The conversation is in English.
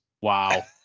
Wow